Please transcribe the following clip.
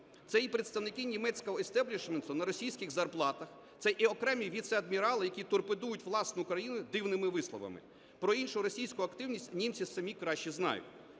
це і представники німецького істеблішменту на російських зарплатах, це і окремі віцеадмірали, які торпедують власну країну дивними висловами. Про іншу російську активність німці самі краще знають.